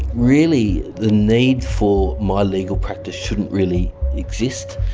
really the need for my legal practice shouldn't really exist.